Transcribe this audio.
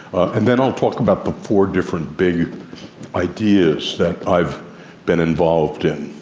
and then i'll talk about the four different big ideas that i've been involved in,